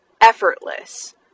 effortless